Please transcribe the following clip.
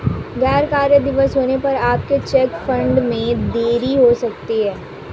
गैर कार्य दिवस होने पर आपके चेक फंड में देरी हो सकती है